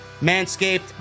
manscaped